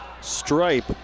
stripe